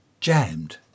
jammed